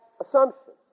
assumption